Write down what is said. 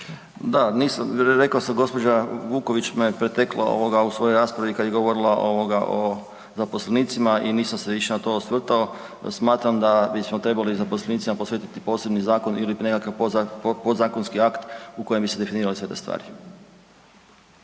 Da nisam, rekao sam gospođa Vuković me je pretekla ovoga u svojoj raspravi kad je govorila ovoga u zaposlenicima i nisam se više na to osvrtao. Smatram da bismo trebali zaposlenicima posvetiti posebni zakon ili nekakav podzakonski akt u kojem bi se definirale sve te stvari.